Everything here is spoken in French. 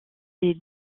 ses